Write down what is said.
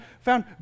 found